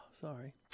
sorry